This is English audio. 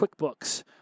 QuickBooks